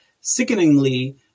Sickeningly